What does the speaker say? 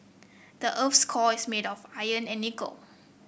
the earth's core is made of iron and nickel